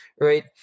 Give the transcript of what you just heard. Right